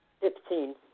Fifteen